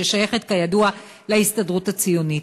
ששייכת כידוע להסתדרות הציונית.